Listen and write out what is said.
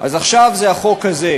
אז עכשיו זה החוק הזה.